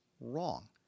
wrong